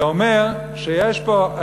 זה אומר שיש פה,